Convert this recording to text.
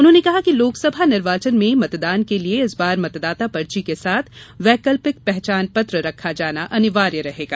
उन्होंने कहा कि लोकसभा निर्वाचन में मतदान के लिये इस बार मतदाता पर्ची के साथ वैकल्पिक पहचान पत्र रखा जाना अनिवार्य रहेगा